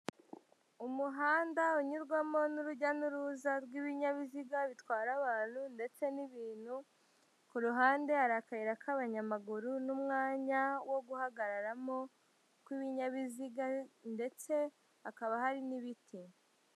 Umuhanda unyurwamo n'urujya n'uruza rw'ibinyabiziga bitwara abantu ndetse n'ibintu, ku ruhande hari akayira k'abanyamaguru n'umwanya wo guhagararamo kw'ibinyabiziga ndetse hakaba hari n'ibiti.